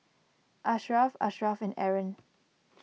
Ashraff Ashraff and Aaron